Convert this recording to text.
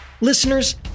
Listeners